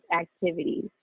activities